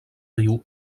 riu